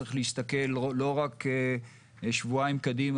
צריך להסתכל לא רק שבועיים קדימה,